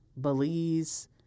Belize